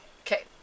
Okay